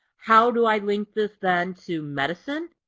how do i link this then to medicine?